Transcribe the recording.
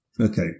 Okay